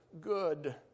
good